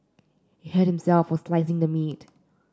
he hurt himself while slicing the meat